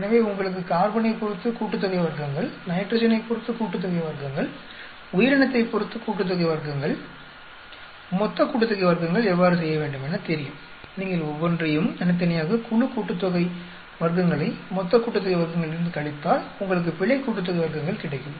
எனவே உங்களுக்கு கார்பனைப் பொறுத்து கூட்டுத்தொகை வர்க்கங்கள் நைட்ரஜனைப் பொறுத்து கூட்டுத்தொகை வர்க்கங்கள் உயிரினத்தைப் பொறுத்து கூட்டுத்தொகை வர்க்கங்கள் மொத்த கூட்டுத்தொகை வர்க்கங்கள் எவ்வாறு செய்ய வேண்டும் என தெரியும் நீங்கள் ஒவ்வொன்றையும் தனியாக குழு கூட்டுத்தொகை வர்க்கங்களை மொத்த கூட்டுத்தொகை வர்க்கங்களிலிருந்து கழித்தால் உங்களுக்கு பிழை கூட்டுத்தொகை வர்க்கங்கள் கிடைக்கும்